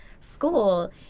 school